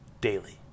daily